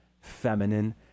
feminine